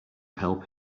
help